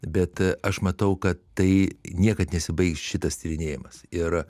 bet aš matau kad tai niekad nesibaigs šitas tyrinėjimas ir